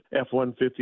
F-150